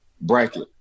bracket